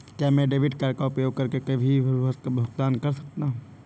क्या मैं debit card का उपयोग करके कहीं भी भुगतान कर सकता हूं?